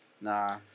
Nah